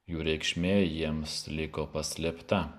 jų reikšmė jiems liko paslėpta